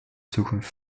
zukunft